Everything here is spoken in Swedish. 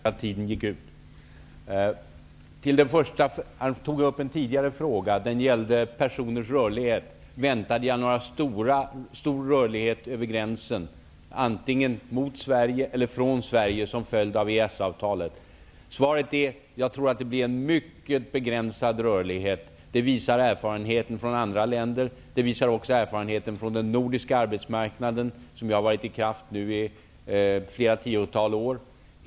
Fru talman! Jag svarade helt enkelt inte på Bengt Hurtigs fråga i mitt första inlägg därför att tiden gick ut. Han tog upp en tidigare fråga som gällde personers rörlighet. Han undrade om jag väntade en stor rörlighet över gränsen, antingen mot Sverige eller från Sverige, som följd av EES-avtalet. Svaret är att jag tror att det blir en mycket begränsad rörlighet. Det visar erfarenheten från andra länder. Det visar också erfarenheten från den nordiska arbetsmarknaden som nu har fungerat i flera tiotals år.